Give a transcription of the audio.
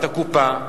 את הקופה,